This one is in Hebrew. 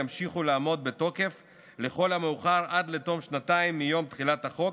ימשיכו לעמוד בתוקף לכל המאוחר עד לתום שנתיים מיום תחילת החוק,